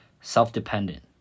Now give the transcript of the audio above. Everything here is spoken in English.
self-dependent